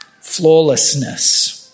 Flawlessness